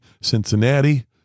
Cincinnati